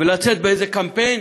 ולצאת באיזה קמפיין?